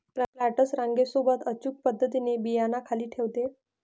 planters रांगे सोबत अचूक पद्धतीने बियांना खाली ठेवते